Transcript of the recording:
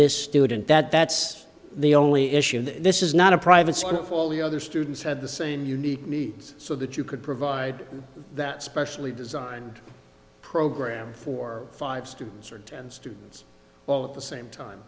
this student that that's the only issue this is not a private school all the other students had the same unique needs so that you could provide that specially designed program for five students or ten students all at the same time